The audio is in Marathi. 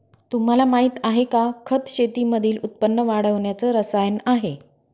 तुम्हाला माहिती आहे का? खत शेतीमधील उत्पन्न वाढवण्याच रसायन आहे